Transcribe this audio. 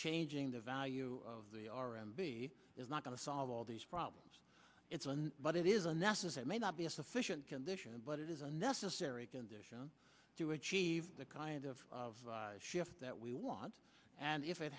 changing the value of the r and b is not going to solve all these problems it's one but it is a necessary may not be a sufficient condition but it is a necessary condition to achieve the kind of shift that we want and if it